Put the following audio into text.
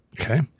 Okay